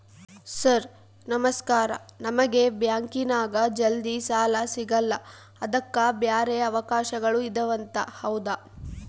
Sir ನಮಸ್ಕಾರ ನಮಗೆ ಬ್ಯಾಂಕಿನ್ಯಾಗ ಜಲ್ದಿ ಸಾಲ ಸಿಗಲ್ಲ ಅದಕ್ಕ ಬ್ಯಾರೆ ಅವಕಾಶಗಳು ಇದವಂತ ಹೌದಾ?